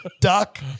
duck